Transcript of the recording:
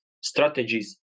strategies